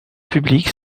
publics